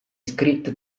scritte